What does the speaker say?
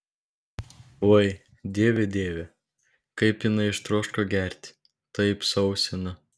oi dieve dieve kaip jinai ištroško gerti taip sausina